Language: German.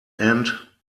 end